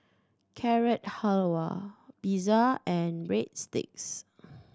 Carrot Halwa Pizza and Breadsticks